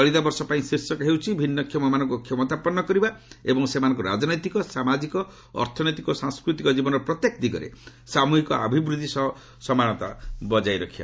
ଚଳିତବର୍ଷ ପାଇଁ ଶୀର୍ଷକ ହେଉଛି ଭିନ୍ନକ୍ଷମମାନଙ୍କୁ କ୍ଷମତାପନ୍ନ କରିବା ଏବଂ ସେମାନଙ୍କର ରାଜନୈତିକ ସାମାଜିକ ଅର୍ଥନୈତିକ ଓ ସାଂସ୍କୃତିକ ଜୀବନର ପ୍ରତ୍ୟେକ ଦିଗରେ ସାମୁହିକ ଅଭିବୃଦ୍ଧି ସହ ସମାନତା ବଜାୟ ରଖିବା